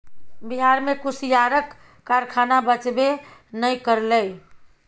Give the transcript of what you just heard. बिहार मे कुसियारक कारखाना बचबे नै करलै